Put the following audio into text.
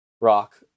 rock